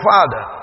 Father